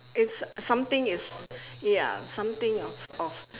it's something it's ya something of of